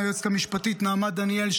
היועצת המשפטית נעמה דניאל,